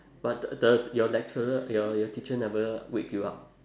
but the your lecturer your your teacher never wake you up